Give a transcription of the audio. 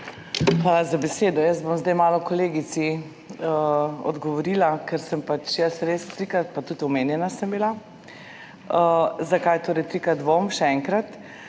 za besedo. Jaz bom zdaj malo kolegici odgovorila, ker sem pač jaz res trikrat, pa tudi omenjena sem bila. Zakaj torej trikrat dvom, še enkrat,